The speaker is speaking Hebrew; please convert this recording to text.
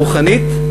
הרוחנית,